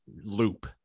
loop